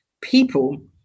people